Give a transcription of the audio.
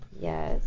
Yes